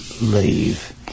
leave